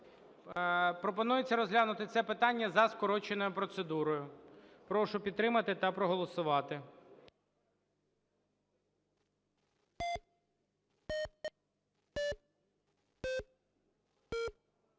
Пропонується розглянути це питання за скороченою процедурою. Прошу підтримати та проголосувати.